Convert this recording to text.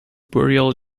burial